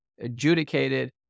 adjudicated